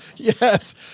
Yes